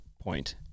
point